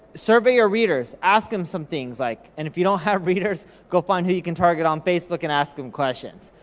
survey your readers, ask em some things like, and if you don't have readers, go find who you can target on facebook, and ask them questions.